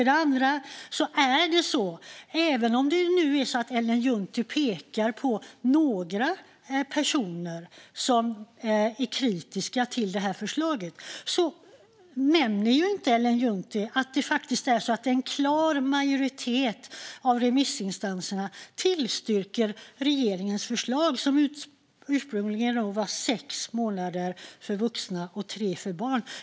Det andra är att Ellen Juntti pekar på några personer som är kritiska till förslaget, men Ellen Juntti nämner inte att en klar majoritet av remissinstanserna faktiskt tillstyrker regeringens förslag, som ursprungligen var sex månader för vuxna och tre för barn.